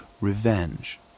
revenge